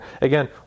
Again